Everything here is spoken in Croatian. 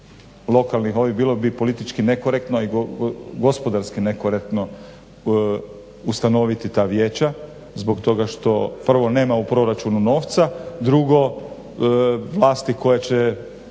lokalnih ovih bilo bi politički nekorektno i gospodarski nekorektno ustanoviti ta vijeća zbog toga što prvo nema u proračunu novca drugo vlasti koja će